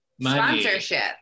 sponsorship